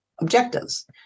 objectives